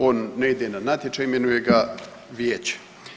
On ne ide na natječaj, imenuje ga vijeće.